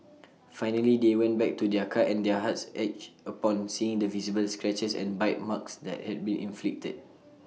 finally they went back to their car and their hearts ached upon seeing the visible scratches and bite marks that had been inflicted